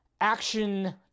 action